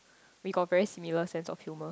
we got very similar sense of humor